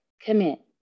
commit